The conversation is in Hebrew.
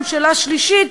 השאלה השלישית,